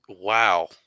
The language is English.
Wow